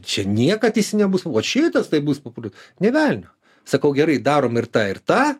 čia niekad nebus vat šitas tai bus populiarus nė velnio sakau gerai darom ir tą ir tą